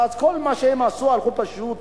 ואז, כל מה שהם עשו, הלכו פשוט